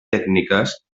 tècniques